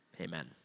Amen